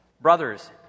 Brothers